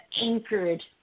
anchored